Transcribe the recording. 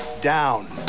down